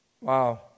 Wow